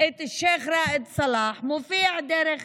את שייח' ראאד סלאח מופיע דרך